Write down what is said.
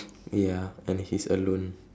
ya and he's alone